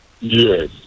Yes